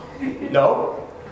No